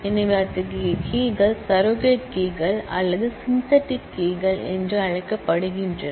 எனவே அத்தகைய கீ கள் சரோகட் கீ கள் அல்லது சிந்தெடிக் கீ என்று அழைக்கப்படுகின்றன